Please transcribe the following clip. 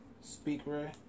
Speaker